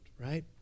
right